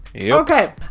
Okay